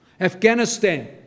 Afghanistan